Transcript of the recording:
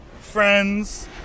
friends